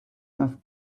off